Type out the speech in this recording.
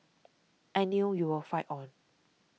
I knew you will fight on